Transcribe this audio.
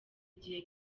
igihe